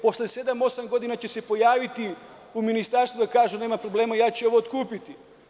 Posle sedam, osam godina će se pojaviti u ministarstvu i kažu – nema problema, ja ću ovo otkupiti.